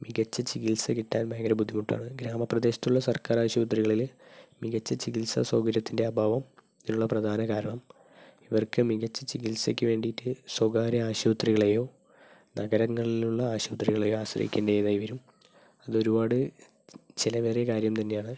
മികച്ച ചികിത്സ കിട്ടാൻ ഭയങ്കര ബുദ്ധിമുട്ടാണ് ഗ്രാമപ്രദേശത്തുള്ള സർക്കാർ ആശുപത്രികളിൽ മികച്ച ചികിത്സ സൗകര്യത്തിൻ്റെ അഭാവം ഇതിനുള്ള പ്രധാന കാരണം ഇവർക്ക് മികച്ച ചികിത്സയ്ക്കു വേണ്ടിയിട്ട് സ്വകാര്യ ആശുപത്രികളെയോ നഗരങ്ങളിലുള്ള ആശുപത്രികളെയോ ആശ്രയിക്കേണ്ടതായി വരും അതൊരുപാട് ചിലവേറിയ കാര്യം തന്നെയാണ്